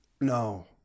no